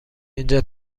اینجا